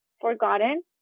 forgotten